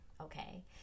okay